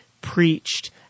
preached